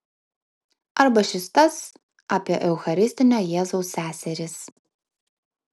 arba šis tas apie eucharistinio jėzaus seseris